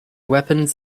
weapons